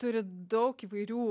turi daug įvairių